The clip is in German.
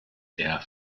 air